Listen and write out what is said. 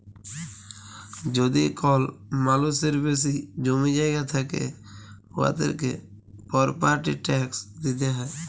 যদি কল মালুসের বেশি জমি জায়গা থ্যাকে উয়াদেরকে পরপার্টি ট্যাকস দিতে হ্যয়